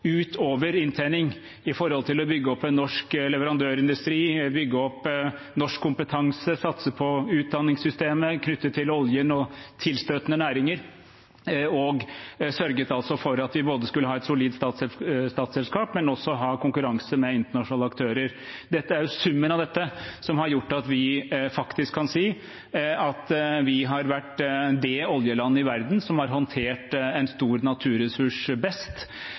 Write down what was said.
utover inntjening, som å bygge opp en norsk leverandørindustri og norsk kompetanse samt satse på utdanningssystemer knyttet til oljen og tilstøtende næringer. Man sørget også for at vi både skulle ha et solid statsselskap, og også ha konkurranse med internasjonale aktører. Det er summen av dette som har gjort at vi faktisk kan si at vi har vært det oljelandet i verden som har håndtert en stor naturressurs best.